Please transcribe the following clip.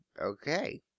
Okay